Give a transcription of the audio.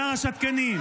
הצבעה.